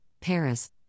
Paris